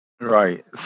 Right